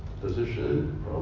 position